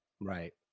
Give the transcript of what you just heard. right